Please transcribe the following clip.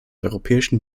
europäischen